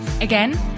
Again